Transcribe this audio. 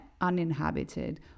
uninhabited